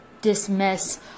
dismiss